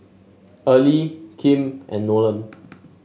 Early Kim and Nolan